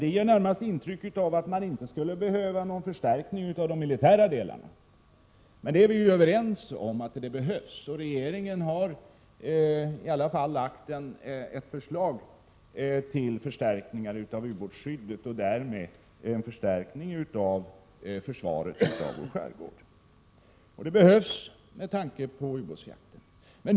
Detta ger närmast intrycket att man inte skulle behöva någon förstärkning av de militära delarna. Men vi är ju överens om att en sådan behövs. Regeringen har i alla händelser lagt fram ett förslag till förstärkningar av ubåtsskyddet och därmed en förstärkning av försvaret av vår skärgård, något som behövs med tanke på ubåtsjakten.